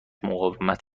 مقاومت